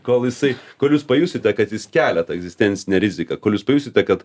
kol jisai kol jūs pajusite kad jis kelia tą egzistencinę riziką kol jūs pajusite kad